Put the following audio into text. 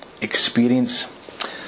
experience